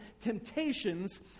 temptations